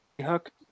hook